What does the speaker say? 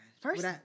first